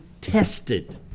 tested